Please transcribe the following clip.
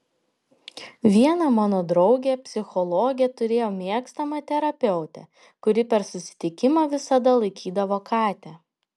viena mano draugė psichologė turėjo mėgstamą terapeutę kuri per susitikimą visada laikydavo katę